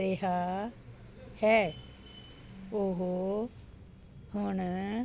ਰਿਹਾ ਹੈ ਉਹ ਹੁਣ